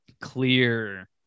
clear